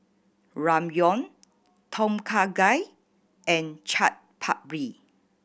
Ramyeon Tom Kha Gai and Chaat Papri